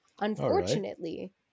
unfortunately